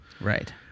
Right